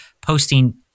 posting